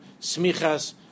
S'michas